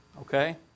okay